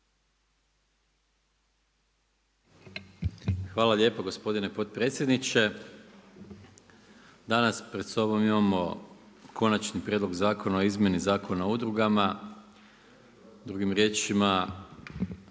Hvala lijepa gospodine potpredsjedniče. Danas pred sobom imamo Konačni prijedlog zakona o izmjeni Zakona o udrugama. Drugim riječima,